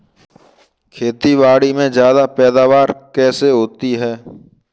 खेतीबाड़ी में ज्यादा पैदावार कैसे होती है?